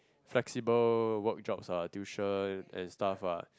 flexible work jobs what tuition and stuff what